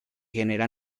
genera